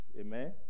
Amen